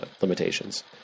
limitations